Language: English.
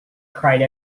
cried